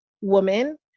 woman